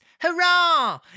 Hurrah